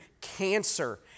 cancer